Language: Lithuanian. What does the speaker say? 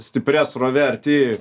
stipria srove arti